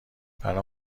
برام